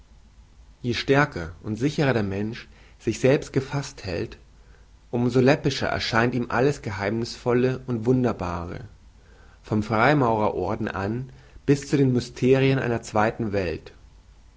je stärker und sicherer der mensch sich selbst gefaßt hält um so läppischer erscheint ihm alles geheimnißvolle und wunderbare vom freimaurerorden an bis zu den mysterien einer zweiten welt